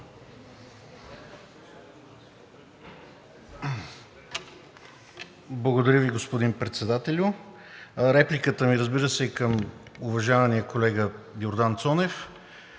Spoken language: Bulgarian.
Благодаря Ви, господин Председателю. Репликата ми, разбира се, е към уважавания колега Йордан Цонев.